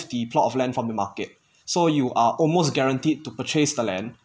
the plot of land from the market so you are almost guaranteed to purchase the land